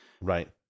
Right